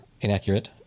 inaccurate